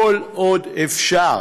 כל עוד אפשר.